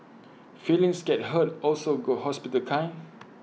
feelings get hurt also go hospital kind